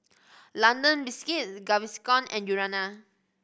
London Biscuits Gaviscon and Urana